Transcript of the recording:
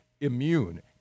immune